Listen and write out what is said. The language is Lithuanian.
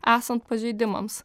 esant pažeidimams